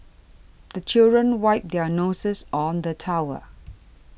the children wipe their noses on the towel